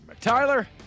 Tyler